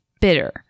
bitter